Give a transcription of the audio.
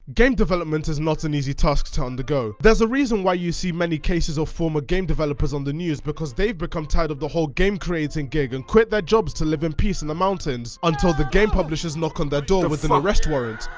game development is not an easy task to undergo. there's a reason why you see many cases of former game developers on the news because they've become tired of the whole game creating gig and quit their jobs to live in peace in the mountains until the game publishers knock on their door with an arrest warrant,